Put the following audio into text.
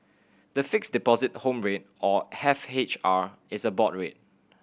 the Fixed Deposit Home Rate or F H R is a board rate